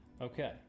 Okay